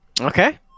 Okay